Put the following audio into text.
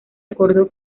acordó